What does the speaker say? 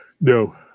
No